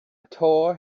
tore